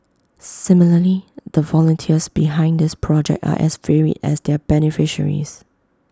similarly the volunteers behind this project are as varied as their beneficiaries